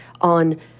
on